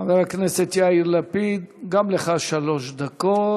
חבר הכנסת יאיר לפיד, גם לך שלוש דקות.